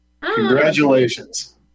Congratulations